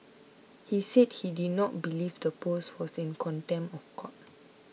he said he did not believe the post was in contempt of court